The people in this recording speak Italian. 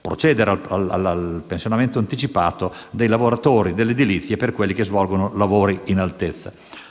procedere al pensionamento anticipato dei lavoratori dell'edilizia e di quelli che svolgono lavori in altezza.